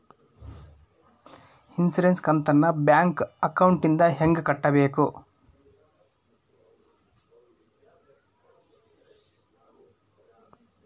Insurance ಕಂತನ್ನ bank ಅಕೌಂಟಿಂದ ಹೆಂಗ ಕಟ್ಟಬೇಕು?